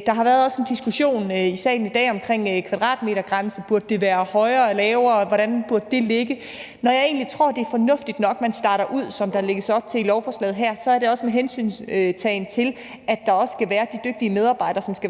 Der har også været en diskussion i salen i dag omkring kvadratmetergrænsen. Burde den være højere eller lavere, og hvordan burde den ligge? Når jeg egentlig tror, at det er fornuftigt nok, at man starter ud, som der lægges op til i lovforslaget her, er det også, under hensyntagen til at der også skal være dygtige medarbejdere, som kan være